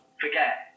forget